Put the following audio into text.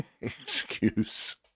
excuse